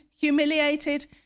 humiliated